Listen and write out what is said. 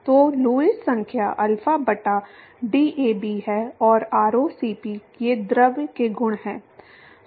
तो लुईस संख्या अल्फा बटा डीएबी है और आरओ सीपी ये द्रव के गुण हैं